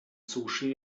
sushi